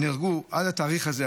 עד התאריך הזה,